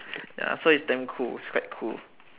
ya so it's damn cool it's quite cool